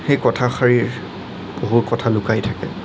সেই কথাষাৰিত বহু কথা লুকাই থাকে